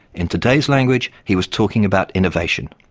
in today's language, he was talking about innovation,